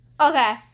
Okay